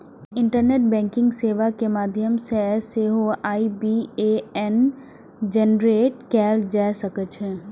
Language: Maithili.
इंटरनेट बैंकिंग सेवा के माध्यम सं सेहो आई.बी.ए.एन जेनरेट कैल जा सकै छै